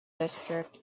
district